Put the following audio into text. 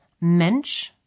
mensch